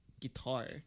Guitar